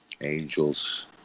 Angels